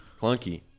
clunky